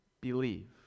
believe